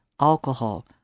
alcohol